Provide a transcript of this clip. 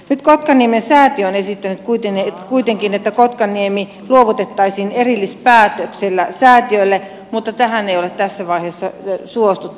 nyt kotkaniemen säätiö on esittänyt kuitenkin että kotkaniemi luovutettaisiin erillispäätöksellä säätiölle mutta tähän ei ole tässä vaiheessa suostuttu